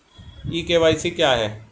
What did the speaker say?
ई KYC क्या है?